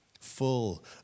Full